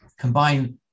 combine